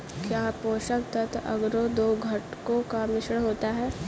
क्या पोषक तत्व अगरो दो घटकों का मिश्रण होता है?